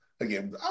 Again